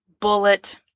Bullet